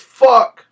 fuck